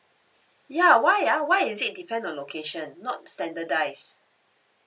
ya why ah why is it depend on location not standardise